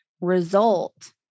result